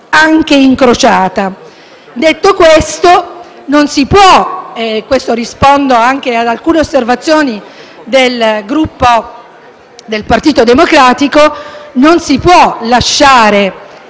anche incrociata, del soggetto. Detto questo - e rispondo anche ad alcune osservazioni del Gruppo del Partito Democratico - non si può lasciare